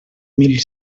mil